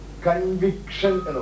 Conviction